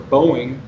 Boeing